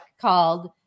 called